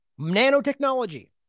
Nanotechnology